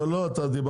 לא, אתה דיברת.